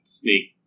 snake